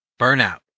Burnout